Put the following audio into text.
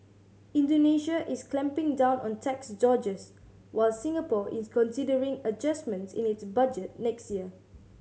Indonesia is clamping down on tax dodgers while Singapore is considering adjustments in its budget next year